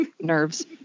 nerves